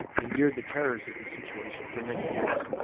endured the terrors of this situation for many years.